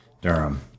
Durham